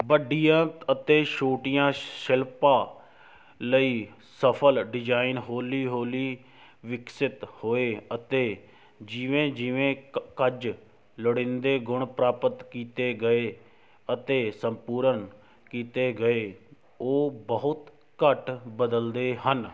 ਵੱਡੀਆਂ ਅਤੇ ਛੋਟੀਆਂ ਸ਼ਿਲਪਾਂ ਲਈ ਸਫਲ ਡਿਜ਼ਾਈਨ ਹੌਲੀ ਹੌਲੀ ਵਿਕਸਿਤ ਹੋਏ ਅਤੇ ਜਿਵੇਂ ਜਿਵੇਂ ਕ ਕੁਝ ਲੋੜੀਂਦੇ ਗੁਣ ਪ੍ਰਾਪਤ ਕੀਤੇ ਗਏ ਅਤੇ ਸੰਪੂਰਨ ਕੀਤੇ ਗਏ ਉਹ ਬਹੁਤ ਘੱਟ ਬਦਲਦੇ ਹਨ